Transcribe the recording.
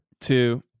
two